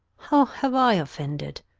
how have i offended?